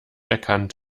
erkannt